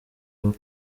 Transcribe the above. aho